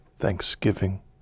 Thanksgiving